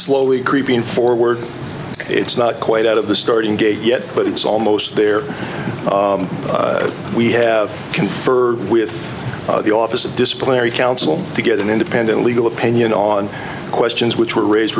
slowly creeping forward it's not quite out of the starting gate yet but it's almost there we have conferred with the office of disciplinary counsel to get an independent legal opinion on questions which were raised